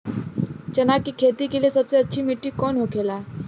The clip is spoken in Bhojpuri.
चना की खेती के लिए सबसे अच्छी मिट्टी कौन होखे ला?